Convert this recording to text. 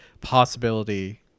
possibility